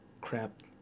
Crap